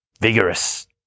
vigorous